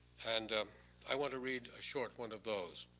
and i want to read a short one of those